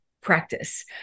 practice